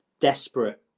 desperate